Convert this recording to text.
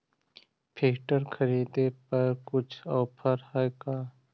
Filter खरिदे पर कुछ औफर है का?